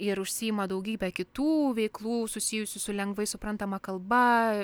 ir užsiima daugybe kitų veiklų susijusių su lengvai suprantama kalba